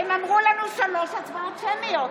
הם אמרו לנו שלוש הצבעות שמיות,